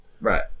Right